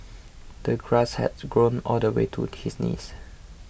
the grass had grown all the way to his knees